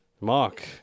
mark